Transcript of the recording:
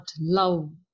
love